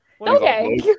okay